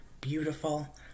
beautiful